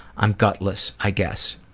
i'm gutless, i guess